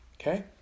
Okay